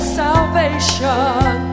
salvation